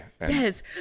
Yes